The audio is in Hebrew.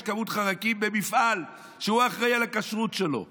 כמות חרקים במפעל שהוא אחראי לכשרות שלו,